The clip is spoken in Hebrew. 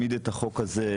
החקלאות,